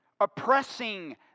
oppressing